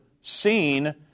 seen